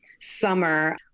summer